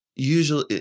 Usually